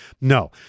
No